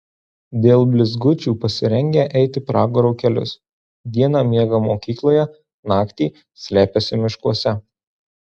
dėl blizgučių pasirengę eiti pragaro kelius dieną miega mokykloje naktį slepiasi miškuose